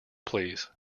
please